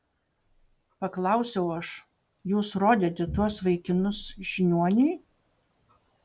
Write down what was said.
paklausiau aš jūs rodėte tuos vaikinus žiniuoniui